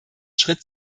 schritt